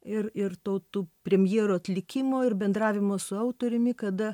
ir ir to tų premjero atlikimo ir bendravimo su autoriumi kada